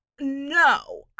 No